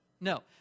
No